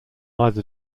either